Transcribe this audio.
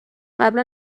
قبلا